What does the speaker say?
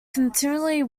continually